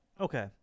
Okay